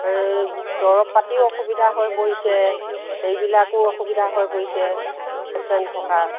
এই দৰৱ পাতিও অসুবিধা হৈ পৰিছে এইবিলাকো অসুবিধা হৈ পৰিছে পেচেণ্ট থকা